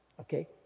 Okay